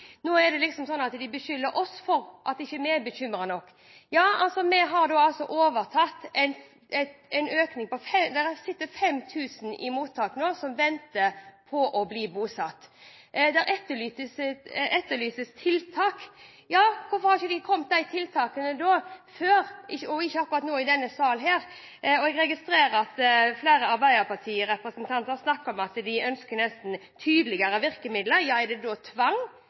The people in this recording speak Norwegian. Nå er det liksom sånn at de beskylder oss for at ikke vi er bekymret nok. Det sitter altså 5 000 i mottak nå som venter på å bli bosatt. Det etterlyses tiltak. Ja, hvorfor har ikke disse tiltakene kommet før? Jeg registrerer at flere Arbeiderparti-representanter snakker om at de ønsker tydeligere virkemidler. Er det tvang